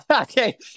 Okay